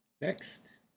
Next